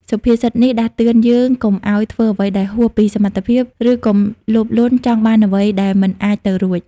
សុភាសិតនេះដាស់តឿនយើងកុំឱ្យធ្វើអ្វីដែលហួសពីសមត្ថភាព ឬកុំលោភលន់ចង់បានអ្វីដែលមិនអាចទៅរួច។